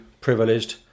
privileged